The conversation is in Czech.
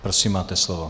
Prosím, máte slovo.